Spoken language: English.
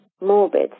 morbid